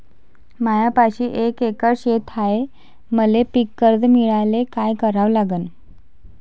मायापाशी एक एकर शेत हाये, मले पीककर्ज मिळायले काय करावं लागन?